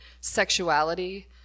sexuality